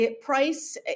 price